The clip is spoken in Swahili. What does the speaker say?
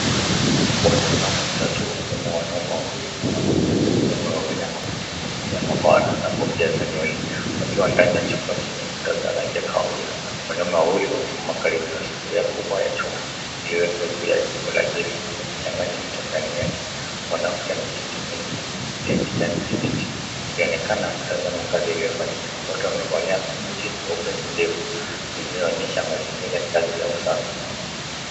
Wataalamu watatu wakiwemo wanaume wawili na mwanamke mmoja wamevalia makoti meupe ya mabara na kofia za nywele wakiwa ndani ya chumba chenye kuta za rangi ya kahawia. Wanaume wawili wamesimama kando ya sufuria kubwa ya chuma iliyowekwa juu ya jiko la gesi wakichanganya kitu ndani yake. Mwanmke ameketi kwenye kiti ya kijani kibichi akionekana kutazama kazi iliyofanyika. Wote wamevalia buti nyeupe ndefu. Zinaonyesha mazingira ya kazi ya usafi.